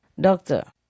Doctor